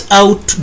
out